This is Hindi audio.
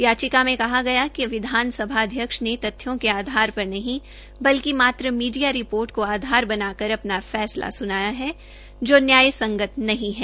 याचिका में कहा गया कि विधानसभा अध्यक्ष ने तथ्यों के आधार पर नहीं बल्कि मात्र मीडिया रिपोर्ट को आधार बनाकर अपना फैसला सुनाया है जो न्याय संगत नहीं है